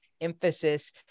emphasis